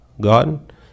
God